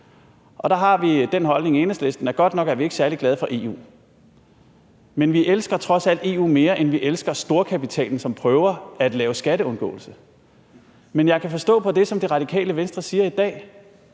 Og der har vi den holdning i Enhedslisten, at godt nok er vi ikke særlig glade for EU, men vi elsker trods alt EU mere, end vi elsker storkapitalen, som prøver at lave skatteundgåelse. Men jeg kan forstå på det, som Det Radikale Venstre siger i dag,